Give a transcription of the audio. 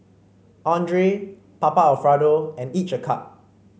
Andre Papa Alfredo and each a cup